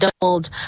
doubled